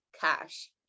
cash